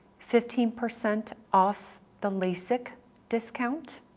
fifteen percent off the lasik discount,